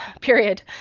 period